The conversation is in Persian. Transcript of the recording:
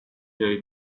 جایی